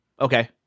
Okay